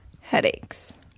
headaches